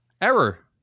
Error